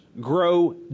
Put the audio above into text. grow